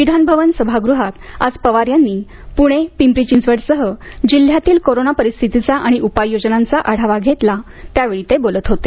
विधानभवन सभागृहात आज पवार यांनी प्णे पिंपरी चिंचवडसह जिल्हयातील कोरोना परिस्थितीचा आणि उपाययोजनांचा आढावा घेतला त्यावेळी ते बोलत होते